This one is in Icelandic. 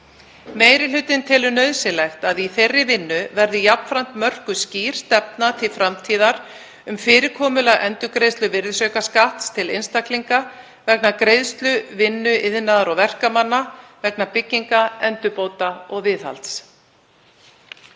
Meiri hlutinn telur nauðsynlegt að í þeirri vinnu verði jafnframt mörkuð skýr stefna til framtíðar um fyrirkomulag endurgreiðslu virðisaukaskatts til einstaklinga vegna vinnu iðnaðar- og verkamanna vegna nýbygginga, endurbóta og viðhalds.